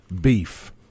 Beef